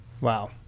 Wow